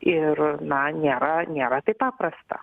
ir na nėra nėra taip paprasta